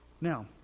Now